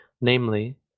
namely